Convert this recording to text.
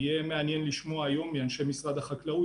יהיה מעניין לשמוע היום מאנשי משרד החקלאות